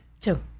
Two